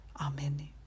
Amen